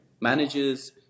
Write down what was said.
managers